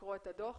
לקרוא את הדו"ח.